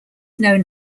known